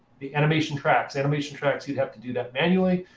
the animation tracks. animation tracks, you'd have to do that manually,